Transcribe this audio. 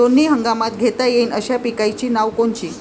दोनी हंगामात घेता येईन अशा पिकाइची नावं कोनची?